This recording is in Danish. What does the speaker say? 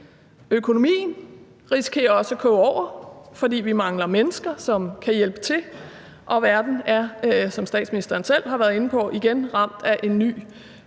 Økonomien risikerer også at koge over, fordi vi mangler mennesker, som kan hjælpe til, og verden er, som statsministeren selv har været inde på, igen ramt af en ny og,